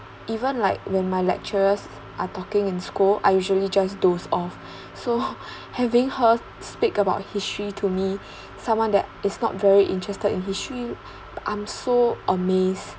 even like when my lecturers are talking in school I usually just doze off so having her speak about history to me someone that is not very interested in history I'm so amazed